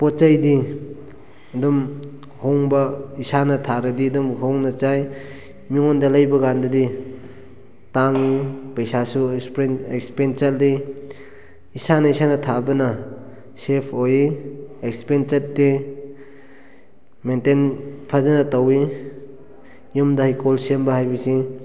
ꯄꯣꯠ ꯆꯩꯗꯤ ꯑꯗꯨꯝ ꯍꯣꯡꯕ ꯏꯁꯥꯅ ꯊꯥꯔꯗꯤ ꯑꯗꯨꯝ ꯍꯣꯡꯅ ꯆꯥꯏ ꯃꯤꯉꯣꯟꯗ ꯂꯩꯕ ꯀꯥꯟꯗꯗꯤ ꯇꯥꯡꯏ ꯄꯩꯁꯥꯁꯨ ꯑꯦꯛꯁꯄꯦꯟ ꯆꯠꯂꯤ ꯏꯁꯥꯅ ꯏꯁꯥꯅ ꯊꯥꯕꯅ ꯁꯦꯞ ꯑꯣꯏ ꯑꯦꯛꯁꯄꯦꯟ ꯆꯠꯇꯦ ꯃꯦꯟꯇꯦꯟ ꯐꯖꯅ ꯇꯧꯏ ꯌꯨꯝꯗ ꯍꯩꯀꯣꯜ ꯁꯦꯝꯕ ꯍꯥꯏꯕꯁꯤ